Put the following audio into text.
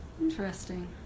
Interesting